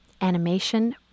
animation